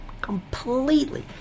Completely